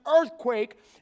earthquake